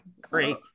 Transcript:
Great